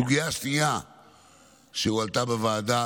סוגיה שנייה שהועלתה בוועדה